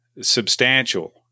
substantial